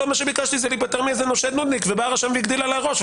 מה שביקשתי זה להיפטר מאיזה נושה נודניק ובא הרשם והגדיל עליי ראש,